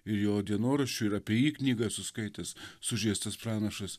ir jo dienoraščių ir apie jį knygą esu skaitęs sužeistas pranašas